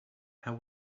how